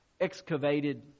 excavated